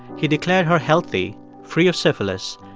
he declared her healthy, free of syphilis,